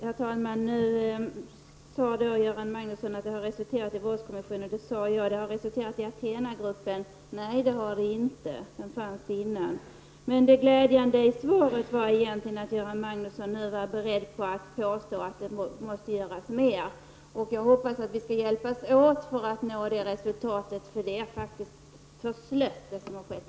Herr talman! Nu säger Göran Magnusson att riksdagens tillkännagivande har resulterat i våldskommissionen och Athena-gruppen. Nej, det har det inte gjort. Athena-gruppen fanns innan dess. Det glädjande i svaret är att Göran Magnusson nu är beredd att tillstå att det måste göras mer. Jag hoppas att vi skall hjälpas åt för att nå resultat. Det som har skett hitintills är faktiskt för slött.